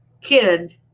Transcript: kid